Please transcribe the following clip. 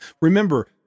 remember